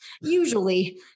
usually